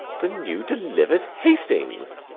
the new-delivered hastings?